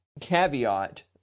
caveat